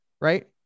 Right